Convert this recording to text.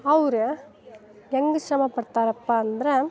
ಅವ್ರು ಹೆಂಗೆ ಶ್ರಮ ಪಡ್ತಾರಪ್ಪ ಅಂದ್ರೆ